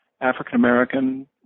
African-American